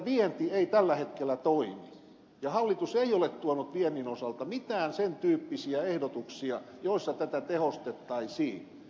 vienti ei tällä hetkellä toimi ja hallitus ei ole tuonut viennin osalta mitään sen tyyppisiä ehdotuksia joissa tätä tehostettaisiin